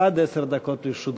עד עשר דקות לרשות גברתי.